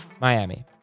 Miami